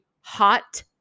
hot